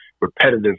repetitive